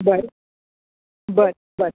बरं बरं बरं